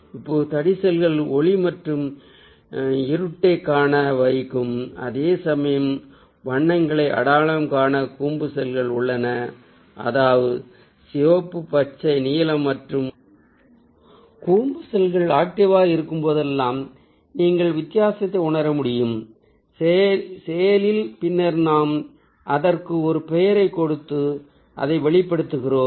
இப்போது தடி செல்கள் ஒளி மற்றும் இருட்டைக் காண வைக்கும் அதேசமயம் வண்ணங்களை அடையாளம் காண கூம்பு செல்கள் உள்ளன அதாவது சிவப்பு பச்சை நீலம் மற்றும் கூம்பு செல்கள் ஆக்டிவாக இருக்கும்போதெல்லாம் நீங்கள் வித்தியாசத்தை உணர முடியும் செயலில் பின்னர் நாம் அதற்கு ஒரு பெயரைக் கொடுத்து அதை வெளிப்படுத்துகிறோம்